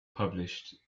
published